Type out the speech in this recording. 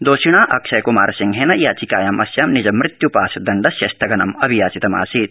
दोषिणा अक्षयकमारसिंहेन याचिकायामस्यां निजमृत्यपाशदण्डस्य स्थगनमभियाचितम् आसीत्